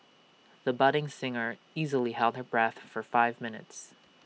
the budding singer easily held her breath for five minutes